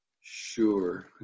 Sure